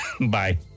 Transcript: Bye